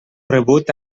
rebut